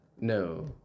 No